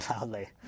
loudly